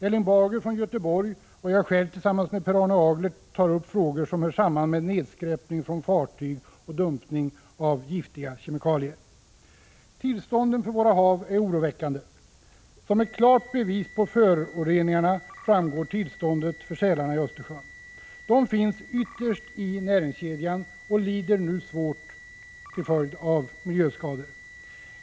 Erling Bager från Göteborg och jag själv tillsammans med Per Arne Aglert tar upp frågor som hör samman med nedskräpning från fartyg och dumpning av giftiga kemikalier. Tillståndet för våra hav är oroväckande. Som ett klart bevis på föroreningarna framgår tillståndet för sälarna i Östersjön. De finns ytterst i näringskedjan och lider nu svårt till följd av miljöskador.